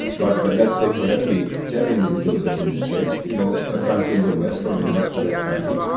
but but let's say for every ten individuals have been displaced, you know, a country in the west, or an industrialised country,